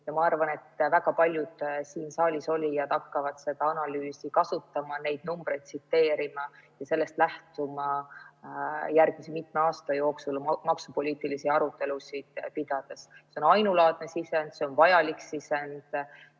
Ma arvan, et väga paljud siin saalis olijad hakkavad seda analüüsi kasutama, neid numbreid tsiteerima ja sellest lähtuma järgmise mitme aasta jooksul maksupoliitilisi arutelusid pidades. See on ainulaadne sisend, see on vajalik sisend,